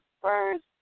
first